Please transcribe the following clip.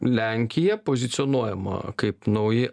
lenkija pozicionuojama kaip nauji